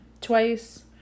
twice